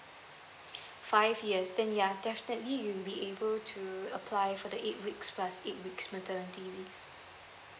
five years then ya definitely you'll be able to apply for the eight weeks plus eight weeks maternity leave